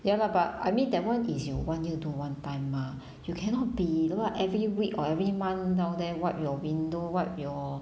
ya lah but I mean that one is you one year do one time mah you cannot be what every week or every month now than wipe your window wipe your